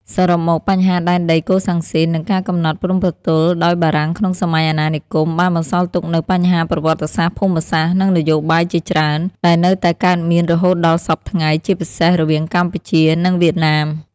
សរុបមក បញ្ហាដែនដីកូសាំងស៊ីន និងការកំណត់ព្រំប្រទល់ដោយបារាំងក្នុងសម័យអាណានិគម បានបន្សល់ទុកនូវបញ្ហាប្រវត្តិសាស្ត្រ ភូមិសាស្ត្រ និងនយោបាយជាច្រើន ដែលនៅតែកើតមានរហូតដល់សព្វថ្ងៃ ជាពិសេសរវាងកម្ពុជា និងវៀតណាម។